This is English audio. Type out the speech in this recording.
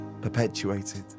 perpetuated